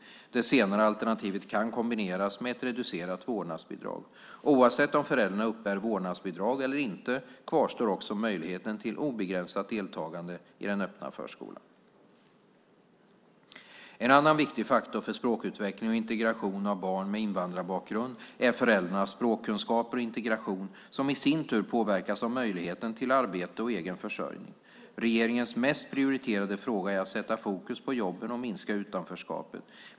Det senare alternativet kan kombineras med ett reducerat vårdnadsbidrag. Oavsett om föräldrarna uppbär vårdnadsbidrag eller inte kvarstår också möjligheten till obegränsat deltagande i den öppna förskolan. En annan viktig faktor för språkutveckling och integration av barn med invandrarbakgrund är föräldrarnas språkkunskaper och integration, som i sin tur påverkas av möjligheten till arbete och egen försörjning. Regeringens mest prioriterade fråga är att sätta fokus på jobben och minska utanförskapet.